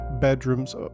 bedrooms